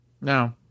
No